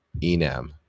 enam